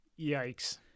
Yikes